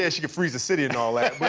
yeah she can freeze the city and all that,